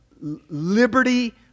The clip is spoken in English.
liberty